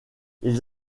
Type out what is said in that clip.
ils